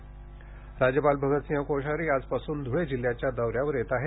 राज्यपाल धुळे राज्यपाल भगतसिंग कोश्यारी आजपासून धुळे जिल्ह्याच्या दौऱ्यावर येत आहेत